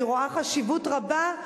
אני רואה חשיבות רבה,